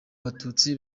batutsi